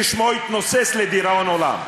שמו יתנוסס לדיראון עולם.